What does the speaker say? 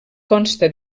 consta